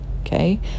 okay